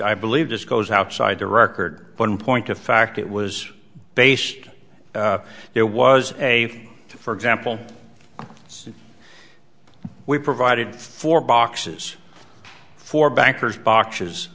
i believe this goes outside the record one point of fact it was based there was a for example it's we provided four boxes for bankers boxes